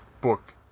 Book